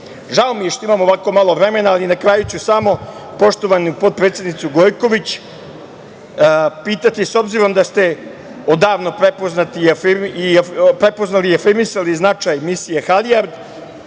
mi je što imam ovako malo vremena, ali na kraju ću samo poštovanu potpredsednicu Gojković pitati, s obzirom da ste odavno prepoznali i afirmisali značaj misije "Halijard",